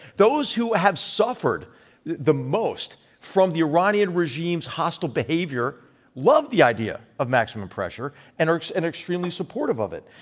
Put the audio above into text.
those who have suffered the the most from the iranian regime's hostile behavior love the idea of maximum pressure and are and extremely supportive of it.